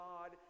God